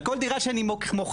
על כל דירה שאני מוכר.